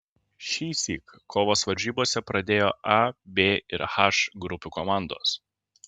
šįsyk kovas varžybose pradėjo a b ir h grupių komandos